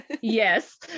yes